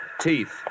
Teeth